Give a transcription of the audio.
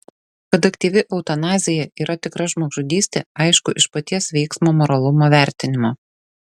kad aktyvi eutanazija yra tikra žmogžudystė aišku iš paties veiksmo moralumo vertinimo